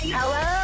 Hello